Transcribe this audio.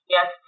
Yes